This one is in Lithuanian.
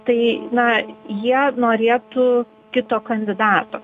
tai na jie norėtų kito kandidato